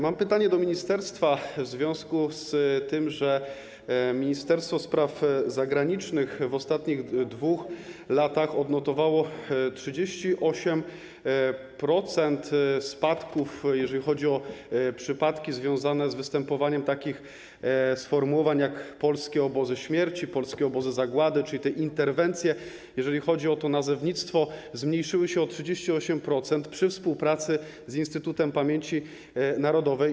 Mam pytanie do ministerstwa w związku z tym, że Ministerstwo Spraw Zagranicznych w ostatnich 2 latach odnotowało 38-procentowy spadek, jeżeli chodzi o przypadki związane z występowaniem takich sformułowań jak „polskie obozy śmierci”, „polskie obozy zagłady”, czyli interwencje, jeżeli chodzi o to nazewnictwo, zmniejszyły się o 38%, przy współpracy z Instytutem Pamięci Narodowej.